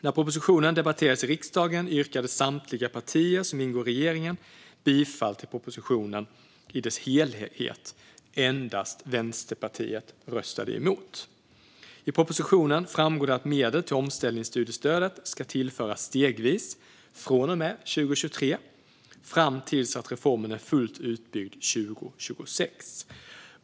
När propositionen debatterades i riksdagen yrkade samtliga partier som ingår i regeringen bifall till propositionen i dess helhet. Endast Vänsterpartiet röstade emot. I propositionen framgår det att medel till omställningsstudiestödet ska tillföras stegvis från och med 2023 fram tills att reformen är fullt utbyggd 2026.